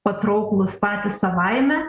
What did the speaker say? patrauklūs patys savaime